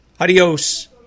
Adios